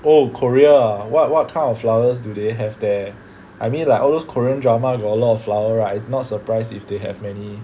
oh Korea ah what what kind of flowers do they have there I mean like all those Korean drama got a lot of flower right not surprised if they have many